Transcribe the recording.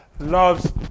loves